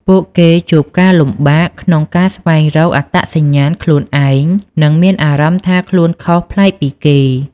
ពួកគេជួបការលំបាកក្នុងការស្វែងរកអត្តសញ្ញាណខ្លួនឯង និងមានអារម្មណ៍ថាខ្លួនខុសប្លែកពីគេ។